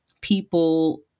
people